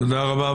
תודה רבה.